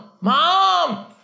Mom